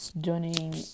joining